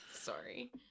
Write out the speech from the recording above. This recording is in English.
sorry